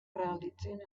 realitzin